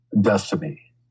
destiny